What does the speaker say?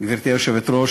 גברתי היושבת-ראש,